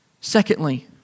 Secondly